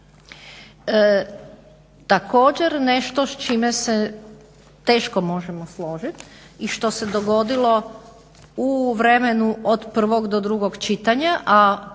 Također nešto s čime se teško možemo složiti i što se dogodilo u vremenu od prvog do drugog čitanja,